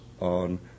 on